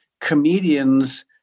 comedians